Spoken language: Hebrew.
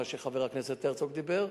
מה שחבר הכנסת הרצוג דיבר,